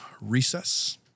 recess